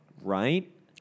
Right